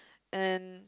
and